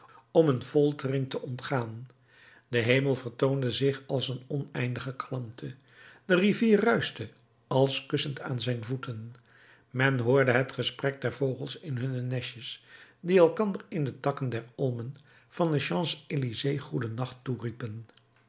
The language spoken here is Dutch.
om een foltering te ontgaan de hemel vertoonde zich als een oneindige kalmte de rivier ruischte als kussend aan zijn voeten men hoorde het gesprek der vogels in hunne nestjes die elkander in de takken der olmen van de